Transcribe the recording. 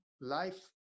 life